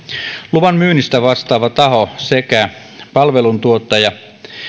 luvan myynnistä vastaava taho sekä palveluntuottaja